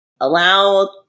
Allow